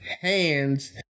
hands